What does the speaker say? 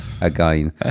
again